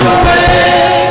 away